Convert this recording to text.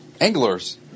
anglers